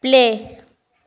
play